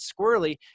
squirrely